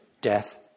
Death